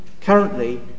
Currently